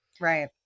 Right